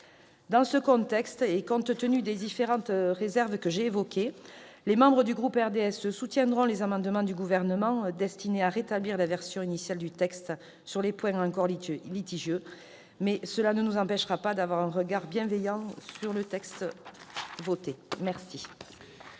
Dans ce contexte, compte tenu des différentes réserves que j'ai évoquées, les membres du groupe du RDSE soutiendront les amendements du Gouvernement destinés à rétablir la version initiale du texte sur les points encore litigieux, mais cela ne nous empêchera pas d'avoir un regard bienveillant sur le texte finalement